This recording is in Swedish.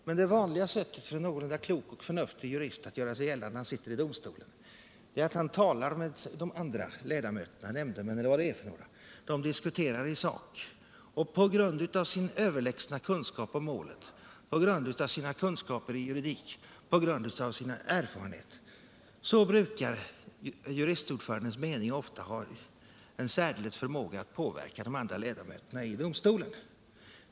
Men det vanliga sättet för en någorlunda klok och förnuftig jurist att göra sig gällande, när han sitter i domstolen, är att han talar med de andra ledamöterna, nämndemännen eller vad det är för några, och diskuterar i sak. På grund av sin överlägsna kännedom om målet, på grund av sina kunskaper i juridik och på grund av sin erfarenhet brukar juristdomarens mening ofta ha en särdeles förmåga att påverka de andra ledamöterna i domstolen.